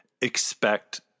expect